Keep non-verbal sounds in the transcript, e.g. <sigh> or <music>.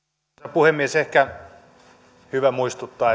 puhemies ehkä on hyvä muistuttaa <unintelligible>